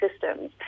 systems